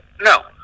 No